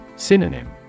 Synonym